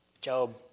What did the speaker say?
Job